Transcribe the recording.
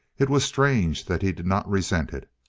it was strange that he did not resent it.